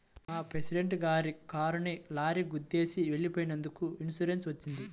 మా ప్రెసిడెంట్ గారి కారుని లారీ గుద్దేసి వెళ్ళిపోయినందుకు ఇన్సూరెన్స్ వచ్చింది